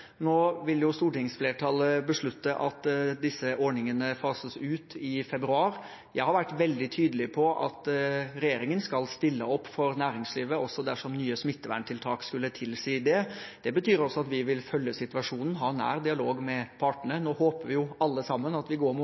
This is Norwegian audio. Nå vil stortingsflertallet beslutte at disse ordningene fases ut i februar. Jeg har vært veldig tydelig på at regjeringen skal stille opp for næringslivet også dersom nye smitteverntiltak skulle tilsi det. Det betyr også at vi vil følge situasjonen og ha nær dialog med partene. Nå håper vi jo alle sammen at vi går mot